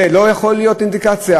זה לא יכול להיות אינדיקציה?